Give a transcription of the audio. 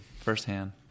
firsthand